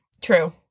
true